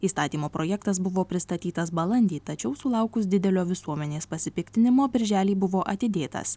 įstatymo projektas buvo pristatytas balandį tačiau sulaukus didelio visuomenės pasipiktinimo birželį buvo atidėtas